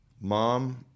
Mom